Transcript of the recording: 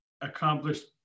accomplished